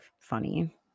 funny